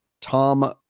Tom